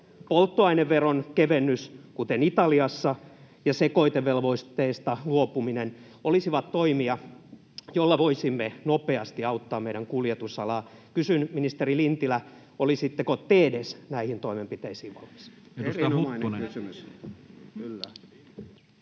polttoaineveron kevennys, kuten Italiassa, ja sekoitevelvoitteesta luopuminen olisivat toimia, joilla voisimme nopeasti auttaa meidän kuljetusalaa. Kysyn, ministeri Lintilä: olisitteko te edes näihin toimenpiteisiin valmis?